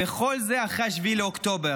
וכל זה אחרי 7 באוקטובר.